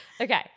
Okay